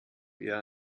eher